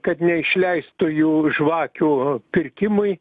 kad neišleistų jų žvakių pirkimui